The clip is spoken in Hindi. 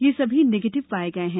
ये सभी निगेटिव पाये गये हैं